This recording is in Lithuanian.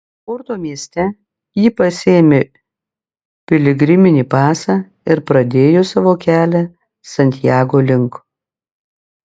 porto mieste ji pasiėmė piligriminį pasą ir pradėjo savo kelią santiago link